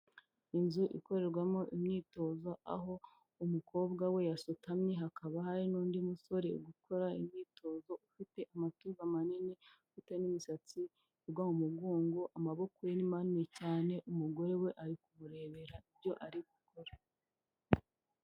Inzu ikorerwamo imyitozo aho umukobwa we yasutamye, hakaba hari n'undi musore uri gukora imyitozo ufite amatuza manini n'imisatsi igwa mu mugongo, amaboko ye ni manini cyane, umugore we ari kumurebera ibyo ari gukora.